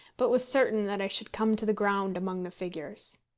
but was certain that i should come to the ground among the figures.